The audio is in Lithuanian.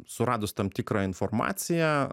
suradus tam tikrą informaciją